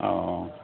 اوہ